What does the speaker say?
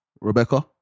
Rebecca